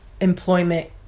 employment